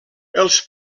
els